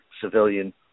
civilian